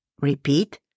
Repeat